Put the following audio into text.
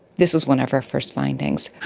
this was one of our first findings.